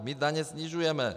My daně snižujeme.